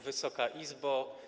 Wysoka Izbo!